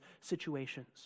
situations